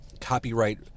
copyright